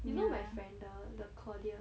you know my friend the the claudia